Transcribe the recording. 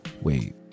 wait